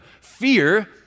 Fear